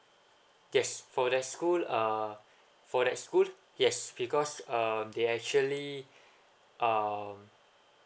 yes for their school uh for their school yes because uh they actually uh